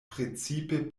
precipe